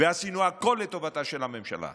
ועשינו הכול לטובתה של הממשלה.